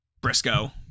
Briscoe